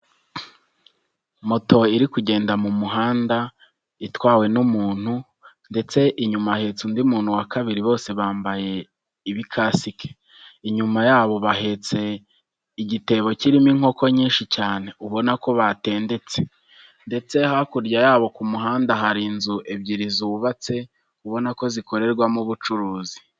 Moto iri kugenda mu muhanda, itwawe n'umuntu ndetse inyuma ahetse undi muntu wa kabiri, bose bambaye ibikasike. Inyuma yabo bahetse igitebo kirimo inkoko nyinshi cyane ubona ko batendetse ndetse hakurya yabo ku muhanda hari inzu ebyiri zubatse, ubona ko zikorerwamo ubucuruzi.